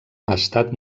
estat